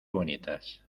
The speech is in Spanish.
bonitas